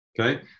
Okay